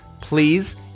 please